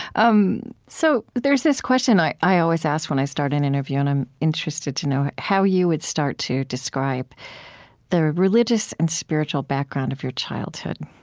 um so there's this question i i always ask when i start an interview, and i'm interested to know how you would start to describe the religious and spiritual background of your childhood.